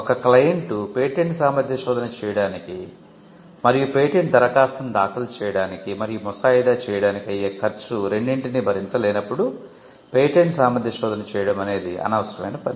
ఒక client patent సామర్థ్య శోధన చేయడానికి మరియు పేటెంట్ దరఖాస్తును దాఖలు చేయడానికి మరియు ముసాయిదా చేయడానికి అయ్యే ఖర్చు రెండింటినీ భరించలేనప్పుడు పేటెంట్ సామర్థ్య శోధన చేయడమనేది అనవసరమైన పని